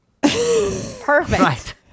Perfect